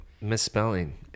misspelling